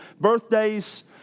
birthdays